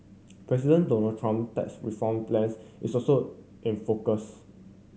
President Donald Trump tax reform plans is also in focus